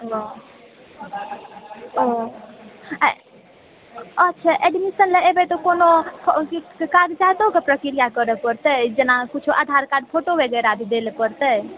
ओ ओ आ अच्छा एडमिशन लऽ एबै तऽ कोनो फ कि कागजातोके प्रक्रिया करऽ पड़तै जेना किछु आधार कार्ड फोटो वगैरह भी दए लऽ पड़तै